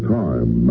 time